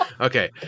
Okay